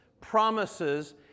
promises